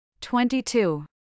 Twenty-two